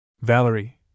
Valerie